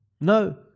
No